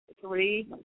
three